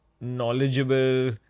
knowledgeable